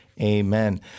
Amen